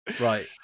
Right